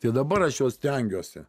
tai dabar aš jau stengiuosi